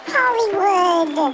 Hollywood